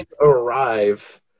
arrive